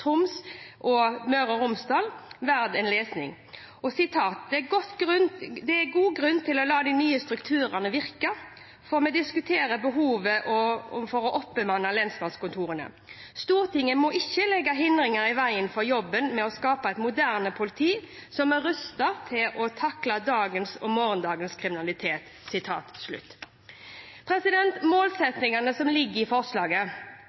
er god grunn til å la de nye strukturene virke, før vi diskuterer behovet for å oppbemanne lensmannskontorene.» «Stortinget må ikke legge hindringer i vegen for jobben med å skape et moderne politi som er rustet til å takle dagens og morgendagens kriminalitet.» Målsettingene som ligger i forslaget,